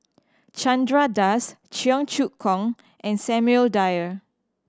Chandra Das Cheong Choong Kong and Samuel Dyer